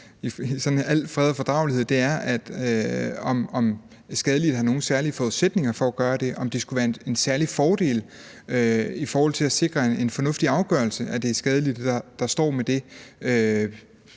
i al fred og fordragelighed, er bare, om skadelidte har nogen særlige forudsætninger for at gøre det, altså om det skulle være en særlig fordel i forhold til at sikre en fornuftig afgørelse, at det er skadelidte, der står med det